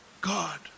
God